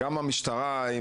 גם המשטרה,